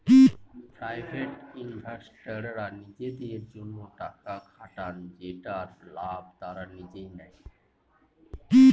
private ইনভেস্টররা নিজেদের জন্য টাকা খাটান যেটার লাভ তারা নিজেই নেয়